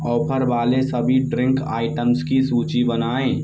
offer वाले सभी drink items की सूची बनाएँ